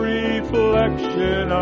reflection